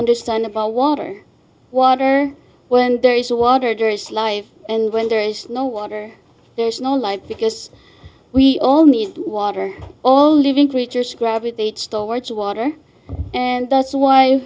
understand about water water when there is a water durst's life and when there is no water there's no life because we all need water all living creatures gravitates towards water and that's why